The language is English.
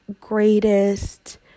greatest